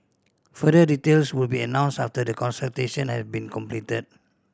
further details will be announced after the consultation had been completed